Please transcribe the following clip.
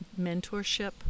mentorship